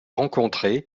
rencontrer